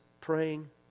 praying